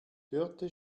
dörte